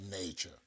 nature